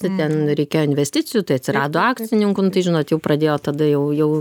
tai ten reikėjo investicijų tai atsirado akcininkų nu tai žinot jau pradėjo tada jau jau